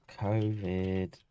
COVID